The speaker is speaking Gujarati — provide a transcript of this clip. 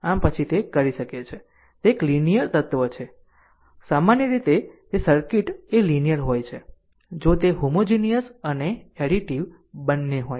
આમ પછી તે કરી શકે છે કે તે એક લીનીયર તત્વ છે સામાન્ય રીતે સર્કિટ એ લીનીયર હોય છે જો તે હોમોજીનીયસ અને એડીટીવ બંને હોય